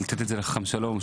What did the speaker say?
לתת את זה לחם שלו.